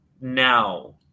Now